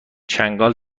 چنگال